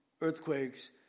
earthquakes